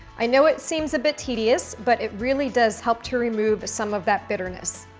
i know it seems a bit tedious, but it really does help to remove some of that bitterness.